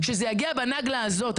שזה יגיע בנגלה הזאת.